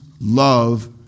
love